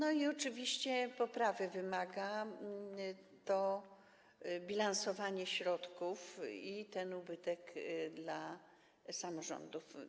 Oczywiście poprawy wymaga to bilansowanie środków i ten ubytek dla samorządów.